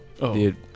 dude